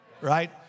right